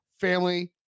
family